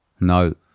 No